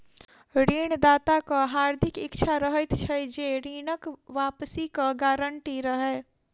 ऋण दाताक हार्दिक इच्छा रहैत छै जे ऋणक वापसीक गारंटी रहय